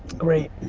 great,